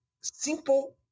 simple